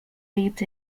lived